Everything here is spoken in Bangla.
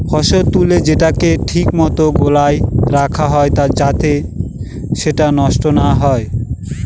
ফসল তুলে সেটাকে ঠিক মতো গোলায় রাখা হয় যাতে সেটা নষ্ট না হয়